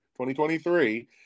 2023